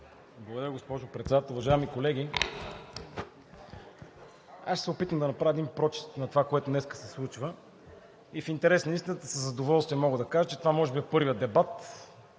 Благодаря, госпожо Председател. Уважаеми колеги, аз ще се опитам да направя един прочит на това, което днес се случва. В интерес на истината със задоволство мога да кажа, че това може би е първият дебат